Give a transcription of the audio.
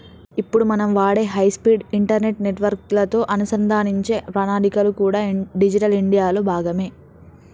ఇప్పుడు మనం వాడే హై స్పీడ్ ఇంటర్నెట్ నెట్వర్క్ లతో అనుసంధానించే ప్రణాళికలు కూడా డిజిటల్ ఇండియా లో భాగమే